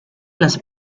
las